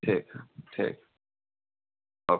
ठीक है ठीक ओके